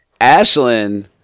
Ashlyn